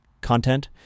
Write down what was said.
content